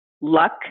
luck